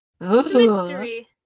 Mystery